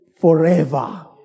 forever